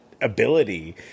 ability